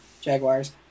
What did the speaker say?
Jaguars